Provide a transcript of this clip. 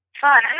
Fun